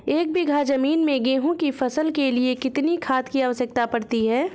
एक बीघा ज़मीन में गेहूँ की फसल के लिए कितनी खाद की आवश्यकता पड़ती है?